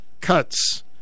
cuts